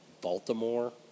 Baltimore